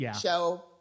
show